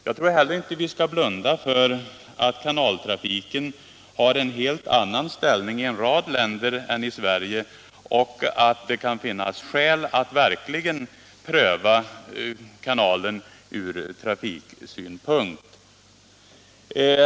Jag tror inte heller att vi skall blunda för att kanaltrafiken har en helt annan ställning i en rad länder än den har i Sverige och att det kan finnas skäl att verkligen pröva kanalen från trafiksynpunkt.